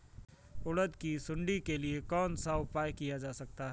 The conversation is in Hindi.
उड़द की सुंडी के लिए कौन सा उपाय किया जा सकता है?